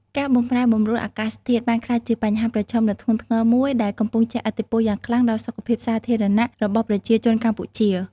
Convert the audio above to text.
ការបម្រែបម្រួលអាកាសធាតុបានក្លាយជាបញ្ហាប្រឈមដ៏ធ្ងន់ធ្ងរមួយ ដែលកំពុងជះឥទ្ធិពលយ៉ាងខ្លាំងដល់សុខភាពសាធារណៈរបស់ប្រជាជនកម្ពុជា។